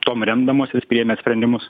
tom remdamosis priėmė sprendimus